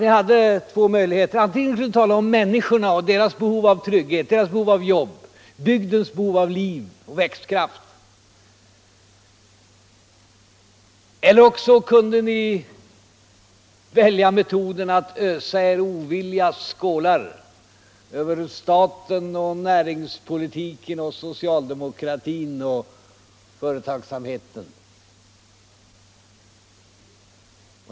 Ni hade två möjligheter: antingen kunde ni tala om människorna och deras behov av trygghet och jobb och om bygdens behov av liv och växtkraft, eller också kunde ni välja metoden att ösa er oviljas skålar över staten och näringspolitiken och socialdemokratin och företagsamheten.